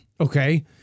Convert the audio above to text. okay